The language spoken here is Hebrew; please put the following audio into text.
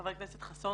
חבר הכנסת חסון,